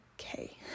okay